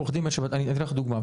עו"ד בן שבת, אתן לך דוגמה.